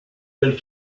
del